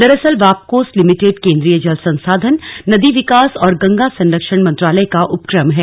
दरअसल वाप्कोस लिमिटेड केंद्रीय जल संसाधन नदी विकास और गंगा संरक्षण मंत्रालय का उपक्रम है